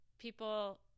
people